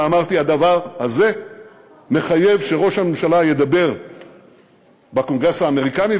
ואמרתי: הדבר הזה מחייב שראש הממשלה ידבר בקונגרס האמריקני,